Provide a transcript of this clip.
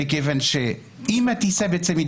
מכיוון שאם הטיסה מתבטלת,